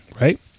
right